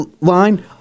line